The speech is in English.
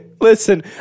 Listen